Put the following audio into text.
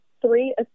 three